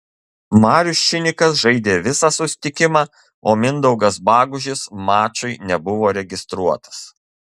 marius činikas žaidė visą susitikimą o mindaugas bagužis mačui nebuvo registruotas